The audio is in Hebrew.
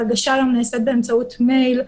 ההגשה היום נעשית באמצעות מייל.